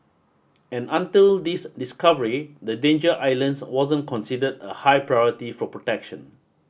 and until this discovery the Danger Islands wasn't considered a high priority for protection